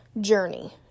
journey